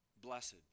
Blessed